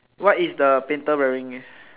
what is the painter wearing